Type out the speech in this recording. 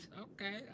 okay